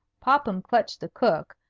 popham clutched the cook,